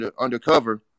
undercover